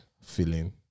feeling